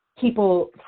people